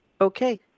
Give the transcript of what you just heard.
Okay